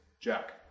Jack